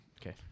Okay